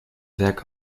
werk